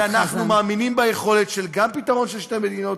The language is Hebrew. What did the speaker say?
כי אנחנו מאמינים ביכולת גם של פתרון של שתי מדינות,